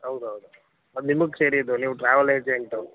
ಹೌದ್ ಹೌದು ಅದು ನಿಮಗೆ ಸೇರಿದ್ದು ನೀವು ಟ್ರಾವೆಲ್ ಏಜೆಂಟು